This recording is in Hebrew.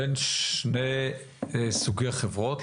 בין שתי סוגי חברות,